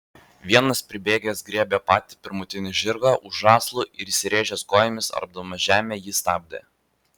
vienas pribėgęs griebė patį pirmutinį žirgą už žąslų ir įsiręžęs kojomis ardamas žemę jį stabdė